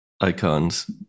icons